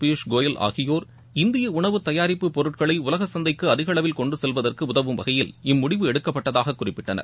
பியூஷ்கோயல் ஆகியோர் இந்திய உணவு தயாரிப்பு பொருட்களை உலக சந்தைக்கு அதிகளவில் கொண்டு செல்வதற்கு உதவும் வகையில் இம்முடிவு எடுக்கப்பட்டதாக குறிப்பிட்டார்